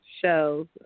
shows